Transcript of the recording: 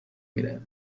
میره